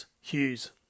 Hughes